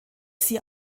sie